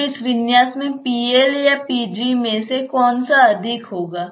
तो इस विन्यास में Pl या Pg में से कौन सा अधिक होगा